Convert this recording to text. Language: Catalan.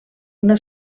una